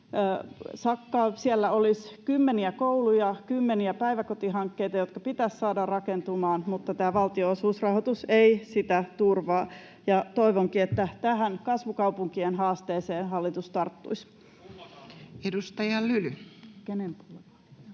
sakkaavat. Siellä olisi kymmeniä koulu- ja kymmeniä päiväkotihankkeita, jotka pitäisi saada rakentumaan, mutta tämä valtionosuusrahoitus ei sitä turvaa. Toivonkin, että tähän kasvukaupunkien haasteeseen hallitus tarttuisi. [Speech 209] Speaker: